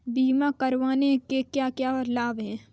बीमा करवाने के क्या क्या लाभ हैं?